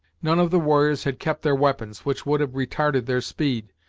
none of the warriors had kept their weapons, which would have retarded their speed,